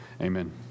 Amen